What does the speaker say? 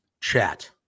chat